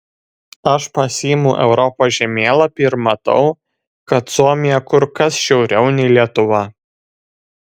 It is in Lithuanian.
aš pasiimu europos žemėlapį ir matau kad suomija kur kas šiauriau nei lietuva